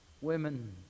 women